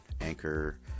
Anchor